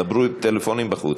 דברו בטלפונים בחוץ.